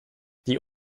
die